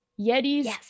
yetis